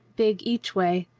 big each way.